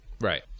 Right